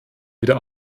wieder